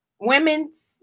Women's